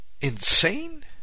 insane